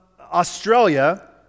Australia